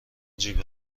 جیب